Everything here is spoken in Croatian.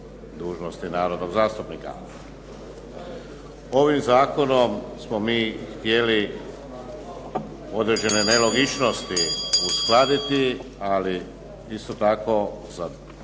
dužnosti narodnog zastupnika. Ovim zakonom smo mi htjeli određene nelogičnosti uskladiti, ali isto tako sačuvati